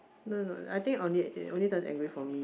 no no no I think it only turn angry for me